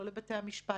לא לבתי המשפט,